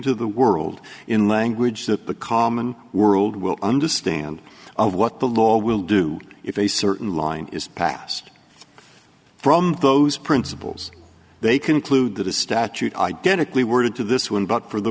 to the world in language that the common world will understand of what the law will do if a certain line is passed from those principles they conclude that a statute identically worded to this one but for the